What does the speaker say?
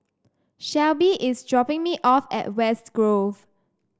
Shelbi is dropping me off at West Grove